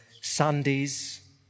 Sundays